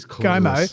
GOMO